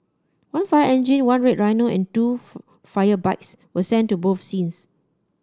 one fire engine one red rhino and two fire bikes were sent to both scenes